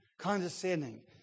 condescending